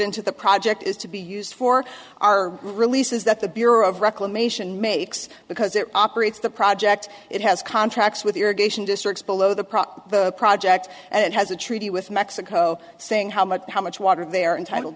into the project is to be used for our releases that the bureau of reclamation makes because it operates the project it has contracts with irrigation districts below the prop project and it has a treaty with mexico saying how much how much water they are entitled